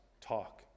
talk